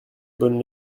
bonne